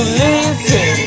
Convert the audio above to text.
listen